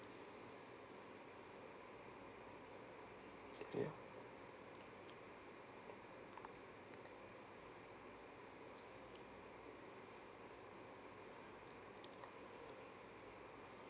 ya